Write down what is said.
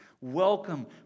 Welcome